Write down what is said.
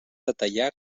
detallar